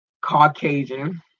Caucasian